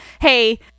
hey